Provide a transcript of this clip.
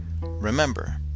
Remember